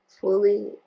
fully